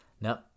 No